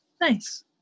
Nice